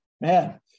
man